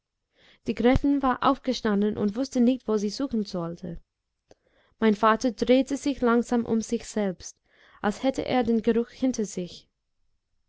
die gräfin war aufgestanden und wußte nicht wo sie suchen sollte mein vater drehte sich langsam um sich selbst als hätte er den geruch hinter sich